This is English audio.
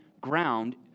ground